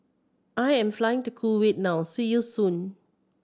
I am flying to Kuwait now see you soon